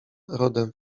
rodem